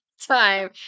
time